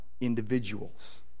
individuals